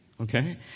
Okay